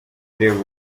ureba